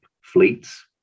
fleets